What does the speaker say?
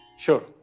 Sure